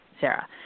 Sarah